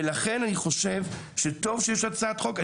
ולכן אני חושב שטוב שיש הצעת חוק.